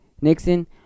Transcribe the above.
Nixon